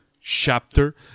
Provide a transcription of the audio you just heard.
chapter